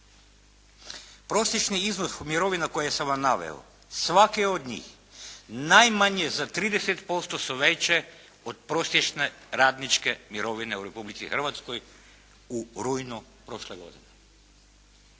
Prosječni iznos mirovina koje sam vam naveo, svaki od njih najmanje za 30% su veće od prosječne radničke mirovine u Republici Hrvatskoj u rujnu prošle godine.